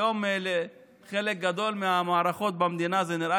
היום לחלק גדול מהמערכות במדינה זה נראה